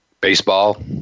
baseball